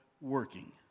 working